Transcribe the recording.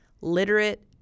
literate